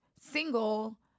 single